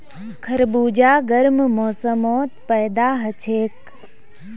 खरबूजा गर्म मौसमत पैदा हछेक